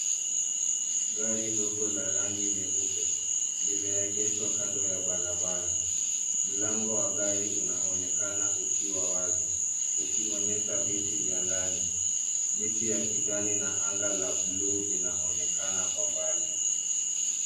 Gari dogo la rangi nyeupe, limeegeshwa kando ya barabara. Mlango wa gari unaonekana ukiwa wazi , ukionyesha viti vya ndani. Miti ya kijani na anga la buluu vinaonekana kwa mbali.